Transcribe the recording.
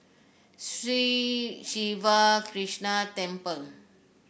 Sri Siva Krishna Temple